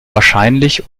wahrscheinlich